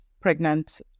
pregnant